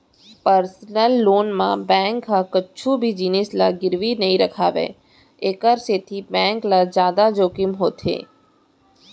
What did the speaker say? personal loan म bank ह कुछु भी जिनिस ल गिरवी नइ राखय एखर सेती बेंक ल जादा जोखिम होथे